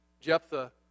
Jephthah